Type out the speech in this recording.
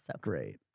Great